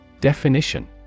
Definition